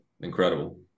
incredible